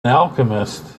alchemist